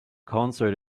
concert